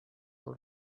all